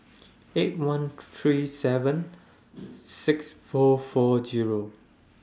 eight one Tree three seven six four four